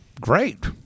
Great